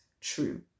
true